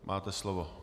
Máte slovo.